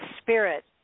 spirit